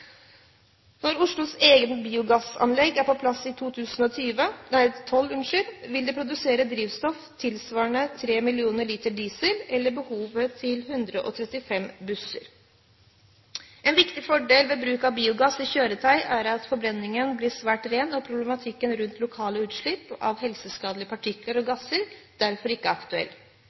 Når Oslos eget biogassanlegg er på plass i 2012, vil det produsere drivstoff tilsvarende 3 mill. liter diesel, eller behovet til 135 busser. En viktig fordel ved bruk av biogass i kjøretøy er at forbrenningen blir svært ren, og at problematikken rundt lokale utslipp av helseskadelige partikler og gasser derfor ikke er aktuell.